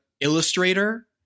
illustrator